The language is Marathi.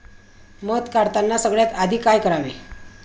मध काढताना सगळ्यात आधी काय करावे?